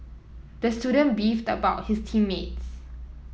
the student beefed about his team mates